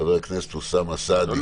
חבר הכנסת אוסאמה סעדי, בבקשה.